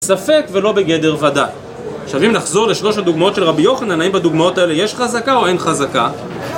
בספק ולא בגדר ודאי. עכשיו אם נחזור לשלוש הדוגמאות של רבי יוחנן האם בדוגמאות האלה יש חזקה או אין חזקה